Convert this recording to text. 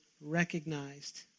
recognized